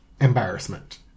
embarrassment